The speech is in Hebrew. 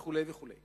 וכו' וכו'.